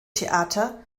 theater